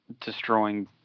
destroying